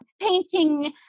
painting